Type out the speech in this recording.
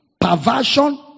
perversion